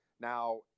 now